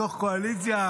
בתוך קואליציה